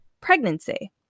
pregnancy